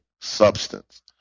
substance